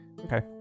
Okay